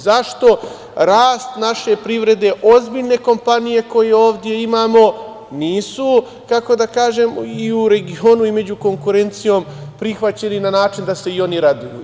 Zašto rast naše privrede, ozbiljne kompanije koju ovde imamo nisu, kako da kažem, i u regionu i među konkurencijom prihvaćeni na način da se i oni raduju?